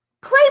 play